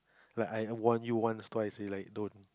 like I warn you once twice already like don't